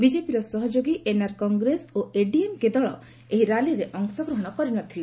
ବିଜେପିର ସହଯୋଗୀ ଏନ୍ଆର୍ କଂଗ୍ରେସ ଓ ଏଡିଏମ୍କେ ଦଳ ଏହି ର୍ୟାଲିରେ ଅଂଶଗ୍ରହଣ କରିନଥିଲେ